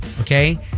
Okay